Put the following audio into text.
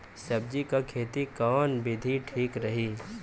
सब्जी क खेती कऊन विधि ठीक रही?